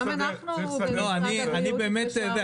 גם אנחנו במשרד הבריאות התפשרנו.